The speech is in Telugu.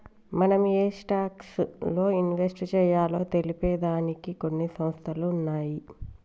మనం ఏయే స్టాక్స్ లో ఇన్వెస్ట్ చెయ్యాలో తెలిపే దానికి కొన్ని సంస్థలు ఉన్నయ్యి